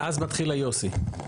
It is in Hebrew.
ואז מתחיל ה-יוסי.